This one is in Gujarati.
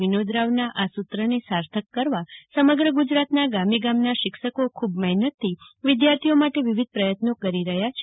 વિનોદ રાવના આ સત્રને સાર્થક કરવા સમગ્ર ગુજરાતના ગામે ગામના શિક્ષકો ખૂબ મહેનતલક્ષી વિદ્યાર્થીઓ માટે વિવિધ પ્રયત્નો કરી રહ્યા છે